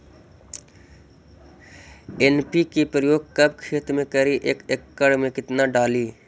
NPK प्रयोग कब खेत मे करि एक एकड़ मे कितना डाली?